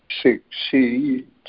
succeed